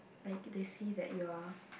like they see that you are